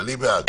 אני בעד.